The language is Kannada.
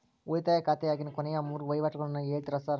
ಉಳಿತಾಯ ಖಾತ್ಯಾಗಿನ ಕೊನೆಯ ಮೂರು ವಹಿವಾಟುಗಳನ್ನ ಹೇಳ್ತೇರ ಸಾರ್?